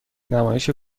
نمایش